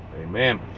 Amen